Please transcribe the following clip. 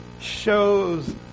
shows